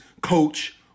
Coach